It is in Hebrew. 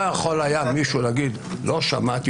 לא יכול היה מישהו להגיד: לא שמעתי.